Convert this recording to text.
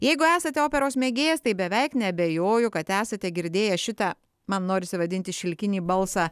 jeigu esate operos mėgėjas tai beveik neabejoju kad esate girdėję šitą man norisi vadinti šilkinį balsą